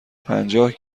پنجاه